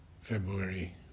February